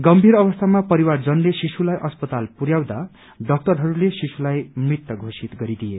गम्भीर अवस्थामा परिवारजनले शिशुलाई अस्पताल पुरयाउँदा डाक्टरहरूले शिशुलाई मृत घोषित गरिदिए